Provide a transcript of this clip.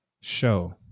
show